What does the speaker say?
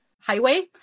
highway